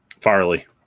Farley